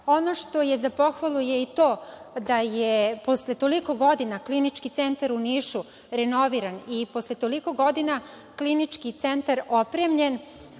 što je za pohvalu je i to da je posle toliko godina Klinički centar u Nišu renoviran i posle toliko godina Klinički centar opremljen,